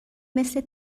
مثل